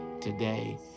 today